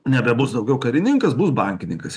nebebus daugiau karininkas bus bankininkas